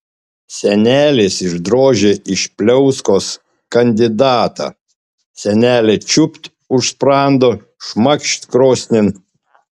senelis išdrožė iš pliauskos kandidatą senelė čiūpt už sprando šmakšt krosnin